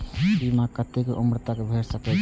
बीमा केतना उम्र तक के भे सके छै?